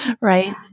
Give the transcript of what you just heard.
Right